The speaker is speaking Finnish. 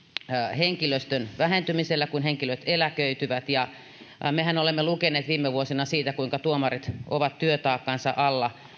henkilöstön vähentymisellä kun henkilöt eläköityvät mehän olemme lukeneet viime vuosina siitä kuinka tuomarit ovat työtaakkansa alla